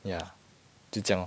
ya 就这样 lor